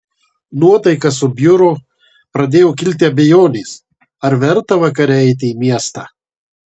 nuotaika subjuro pradėjo kilti abejonės ar verta vakare eiti į miestą